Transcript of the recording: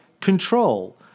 control